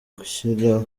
gushyira